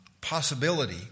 possibility